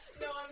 No